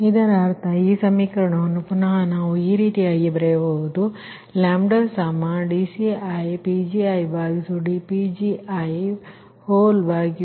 ಇದರರ್ಥ ಈ ಸಮೀಕರಣವನ್ನು ಪುನಃ ನಾವು ಈರೀತಿಯಾಗಿ ಬರೆಯಬಹುದು ನಿಮ್ಮ dCidPgi1 dPLossdPgi